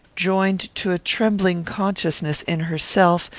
joined to a trembling consciousness in herself,